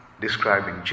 Describing